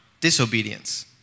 disobedience